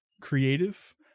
creative